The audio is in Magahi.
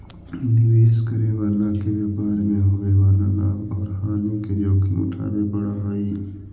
निवेश करे वाला के व्यापार मैं होवे वाला लाभ औउर हानि के जोखिम उठावे पड़ऽ हई